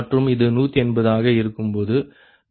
மற்றும் இது 180 ஆக இருக்கும்போது λ73